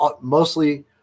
mostly